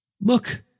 Look